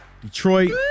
Detroit